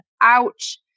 ouch